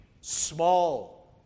small